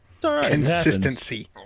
Consistency